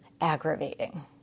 aggravating